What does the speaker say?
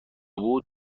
بود